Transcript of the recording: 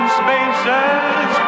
spaces